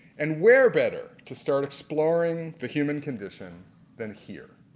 and where better to start exploring the human condition than here?